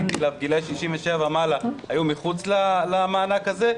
גילאי 67 ומעלה היו מחוץ למענק הזה.